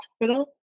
hospital